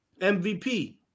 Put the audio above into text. MVP